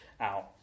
out